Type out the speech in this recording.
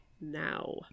now